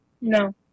No